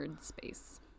space